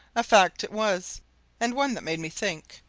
a fact it was and one that made me think,